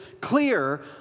clear